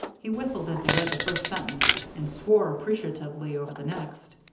he whistled as he read the first sentence, and swore appreciatively over the next.